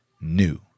new